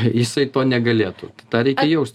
jisai to negalėtų tą reikia jaust